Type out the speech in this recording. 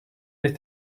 est